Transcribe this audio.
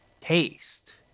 Taste